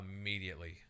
immediately